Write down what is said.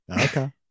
Okay